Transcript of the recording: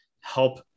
help